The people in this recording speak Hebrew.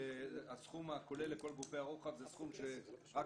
הסכום הכולל לכל גופי הרוחב זה סכום שרק